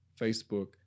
Facebook